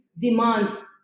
demands